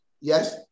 Yes